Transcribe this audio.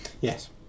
Yes